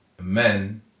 men